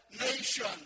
nation